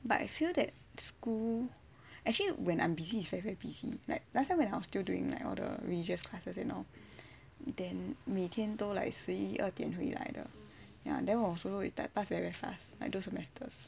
but I feel that school actually when I'm busy is very very busy like last time when I was still doing like all the religious classes and know then 每天都来十一二点回来的 ya that was so that time pass very fast like those semesters